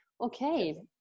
Okay